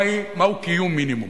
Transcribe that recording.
מהו קיום מינימום